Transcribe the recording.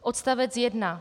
Odstavec 1.